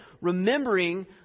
remembering